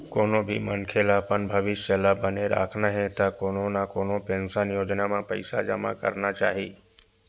कोनो भी मनखे ल अपन भविस्य ल बने राखना हे त कोनो न कोनो पेंसन योजना म पइसा जमा करना चाही